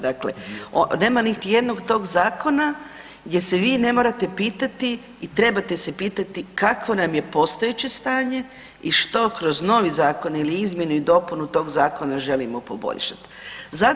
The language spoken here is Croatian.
Dakle, nema niti jednog tog zakona gdje se vi ne morate pitate i trebate se pitati kakvo nam je postojeće stanje i što kroz novi zakon ili izmjenu i dopunu tog zakona želimo poboljšati.